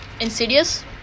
Insidious